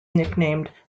nicknamed